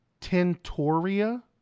tentoria